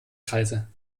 kreise